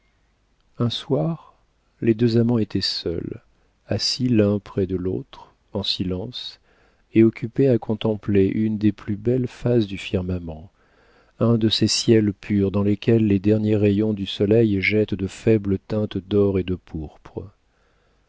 un soir les deux amants étaient seuls assis l'un près de l'autre en silence et occupés à contempler une des plus belles phases du firmament un de ces ciels purs dans lesquels les derniers rayons du soleil jettent de faibles teintes d'or et de pourpre